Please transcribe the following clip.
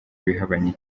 ibihabanye